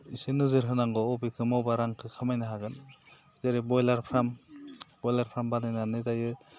एसे नोजोर होनांगौ अबेखौ मावब्ला रांखो खामायनो हागोन जेरै ब्रइलार फार्म ब्रइलार फार्मखो बानायनानै दायो